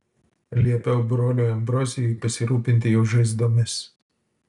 liepiau broliui ambrozijui pasirūpinti jo žaizdomis